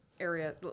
Area